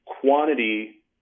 quantity